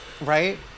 right